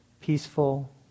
peaceful